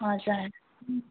हजुर